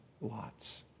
lots